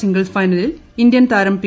single ഫൈനലിൽ ഇന്ത്യൻതാരം P